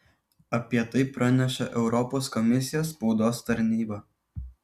apie tai praneša europos komisijos spaudos tarnyba